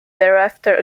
thereafter